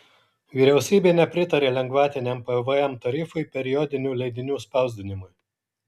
vyriausybė nepritarė lengvatiniam pvm tarifui periodinių leidinių spausdinimui